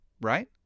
right